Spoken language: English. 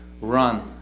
run